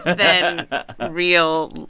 than real